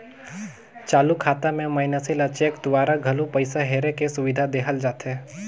चालू खाता मे मइनसे ल चेक दूवारा घलो पइसा हेरे के सुबिधा देहल जाथे